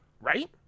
Right